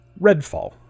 Redfall